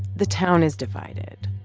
the town is divided.